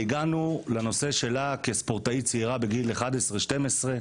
והגענו לנושא שלה כספורטאית צעירה בגיל 11 12,